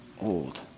old